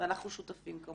ואנחנו שותפים כמובן.